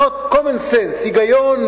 צריך להיות common sense, היגיון,